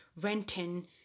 renting